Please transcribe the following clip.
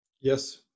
Yes